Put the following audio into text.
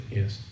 yes